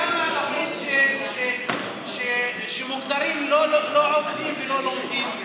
כמה אלפים שמוגדרים לא עובדים ולא לומדים,